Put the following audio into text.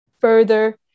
further